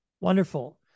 Wonderful